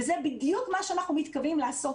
וזה בדיוק מה שאנחנו מתכוונים לעשות